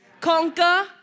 Conquer